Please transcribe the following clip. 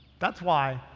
that's why,